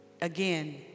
Again